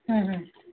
ହୁଁ ହୁଁ